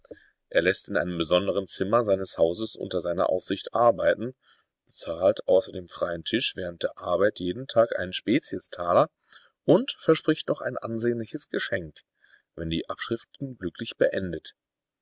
er läßt in einem besondern zimmer seines hauses unter seiner aufsicht arbeiten bezahlt außer dem freien tisch während der arbeit jeden tag einen speziestaler und verspricht noch ein ansehnliches geschenk wenn die abschriften glücklich beendet